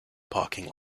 parking